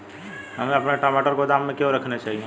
हमें अपने टमाटर गोदाम में क्यों रखने चाहिए?